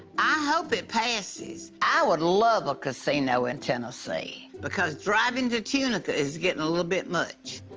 i hope it passes. i would love a casino in tennessee because driving to tunica is getting a little bit much.